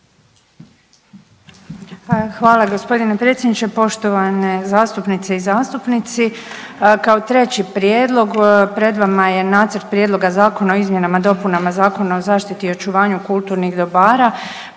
Hvala g. predsjedniče, poštovane zastupnice i zastupnici. Kao treći prijedlog pred vama je nacrt prijedloga Zakona o izmjenama i dopunama Zakona o zaštiti i očuvanju kulturnih dobara